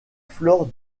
flore